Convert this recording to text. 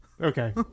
Okay